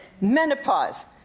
Menopause